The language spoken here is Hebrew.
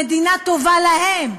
המדינה טובה להם,